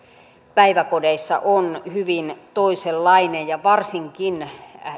päiväkodeissa on hyvin toisenlainen ja varsinkin